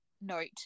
note